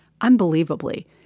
Unbelievably